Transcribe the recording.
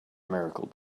miracle